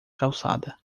calçada